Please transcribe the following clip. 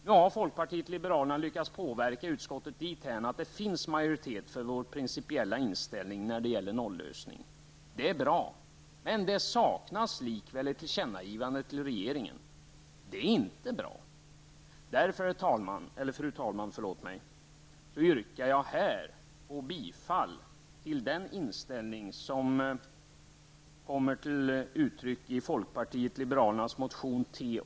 Vi i folkpartiet liberalerna har lyckats påverka utskottet så till vida att det nu finns en majoritet för vår principiella inställning när det gäller nollösning, och det är bra. Men likväl saknas det ett tillkännangivande till regeringen, och det är däremot inte bra. Därför, fru talman, yrkar jag här bifall till det andra yrkandet i motion T88 som vi i folkpartiet liberalerna har väckt.